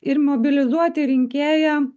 ir mobilizuoti rinkėją